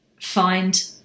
find